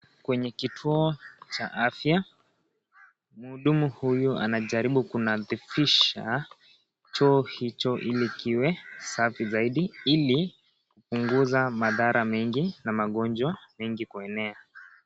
Kwenye kituo cha afya mhudumu huyu anajaribu kunadhifisha choo hicho ili kiwe safi zaidi ili kupunguza madhara mengi na magonjwa mengi kueneza.